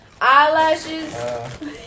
Eyelashes